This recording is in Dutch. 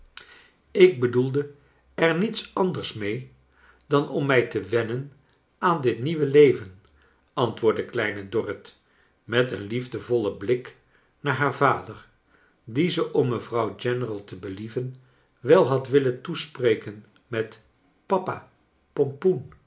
ik bedoelde er niets anders mee dan om mij te wennen aan dit nieuwe leven antwoordde klein dorrit met een liefdevollen blik naar haar vader dien ze om mevrouw general te believen wel had willen toespreken met papa